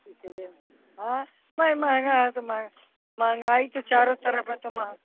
कि चलिए भई महंगा है तो मह महंगाई तो चारों तरफ़ है तो मह